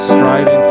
Striving